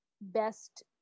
best